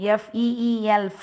feel